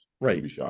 right